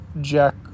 Jack